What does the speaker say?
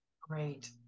Great